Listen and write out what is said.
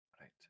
right